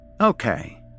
Okay